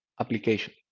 application